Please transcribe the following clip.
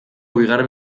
bigarren